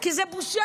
כי זו בושה.